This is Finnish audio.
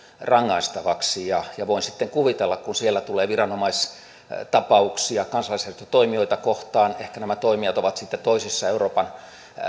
rangaistavaksi voi sitten kuvitella kun siellä tulee viranomaistapauksia kansalaisjärjestötoimijoita kohtaan ehkä nämä toimijat ovat sitten toisissa euroopan